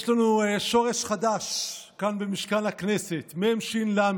יש לנו שורש חדש כאן במשכן הכנסת, מש"ל: